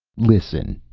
listen!